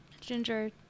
Ginger